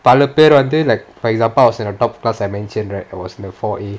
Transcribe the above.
அவ்ளோ பேரு வந்து:avlo peru vanthu like for example I was in the top class I mentioned right I was in the four A